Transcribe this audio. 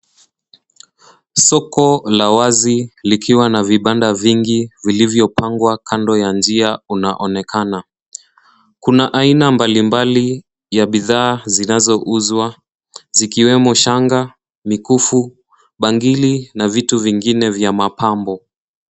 Soko la wazi likiwa na vibanda vingi vilivyopangwa kando ya njia unaonekana. Kuna aina mbalimbali ya bidhaa zinazouzwa zikiwemo shanga, mikufu, bangili na vitu vingine vya mapambo.